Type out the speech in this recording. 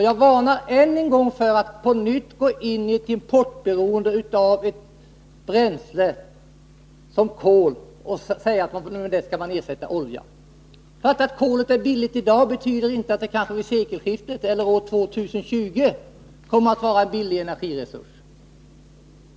Jag varnar än en gång för risken att vi går in i ett nytt importberoende, denna gång av kol för att ersätta oljan. Även om kolet är billigt i dag betyder det inte att det vid sekelskiftet eller år 2020 kommer att vara en billig energiresurs.